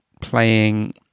playing